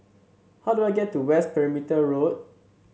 how do I get to West Perimeter Road